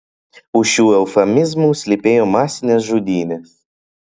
už šių eufemizmų slypėjo masinės žudynės